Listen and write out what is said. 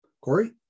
Corey